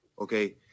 Okay